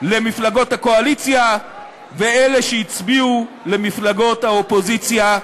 למפלגות הקואליציה ואלה שהצביעו למפלגות האופוזיציה.